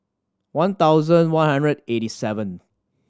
one thousand one hundred eighty seventh